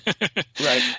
right